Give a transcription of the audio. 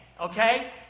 okay